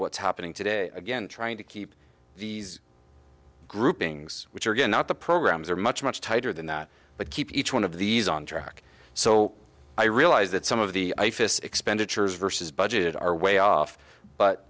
what's happening today again trying to keep these groupings which are going out the programs are much much tighter than that but keep each one of these on track so i realize that some of the ifas expenditures versus budget are way off but